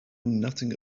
nothing